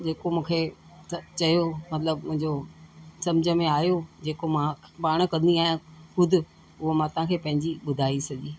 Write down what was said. जेको मूंखे चयो मतलबु मुंहिंजो समुझ में आयो जेको मां पाणि कंदी आहियां ख़ुदि उओ मां तव्हांखे पंहिंजी ॿुधाए सॼी